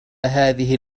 هذه